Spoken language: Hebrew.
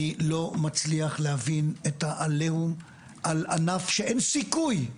אני לא מצליח להבין את העליהום על ענף שאין סיכוי,